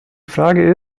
frage